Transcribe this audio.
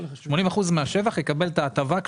80 מס שבח יקבל את ההטבה.